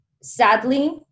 Sadly